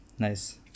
Nice